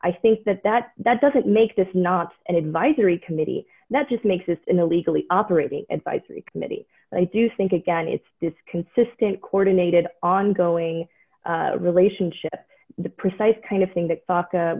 i think that that that doesn't make this not an advisory committee that just makes this in a legally operating advisory committee but i do think again it's this consistent coordinated ongoing relationship the precise kind of thing that